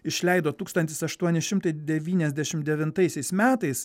išleido tūkstantis aštuoni šimtai devyniasdešim devintaisiais metais